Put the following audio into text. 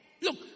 Look